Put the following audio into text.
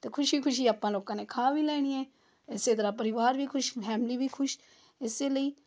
ਅਤੇ ਖੁਸ਼ੀ ਖੁਸ਼ੀ ਆਪਾਂ ਲੋਕਾਂ ਨੇ ਖਾ ਵੀ ਲੈਣੀ ਹੈ ਇਸੇ ਤਰ੍ਹਾਂ ਪਰਿਵਾਰ ਵੀ ਖੁਸ਼ ਫੈਮਲੀ ਵੀ ਖੁਸ਼ ਇਸੇ ਲਈ